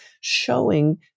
showing